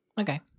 Okay